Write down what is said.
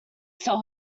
sell